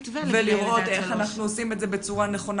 ולראות איך אנחנו עושים את זה בצורה נכונה.